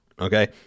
Okay